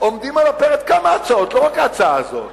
עומדות על הפרק כמה הצעות, לא רק ההצעה הזאת,